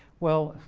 well,